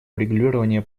урегулирование